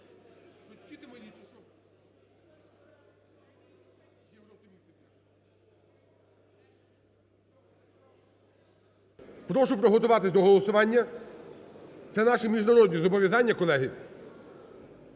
Прошу приготуватись до голосування. Це наші міжнародні зобов'язання, колеги.